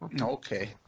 Okay